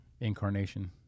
incarnation